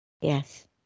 Yes